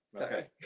Okay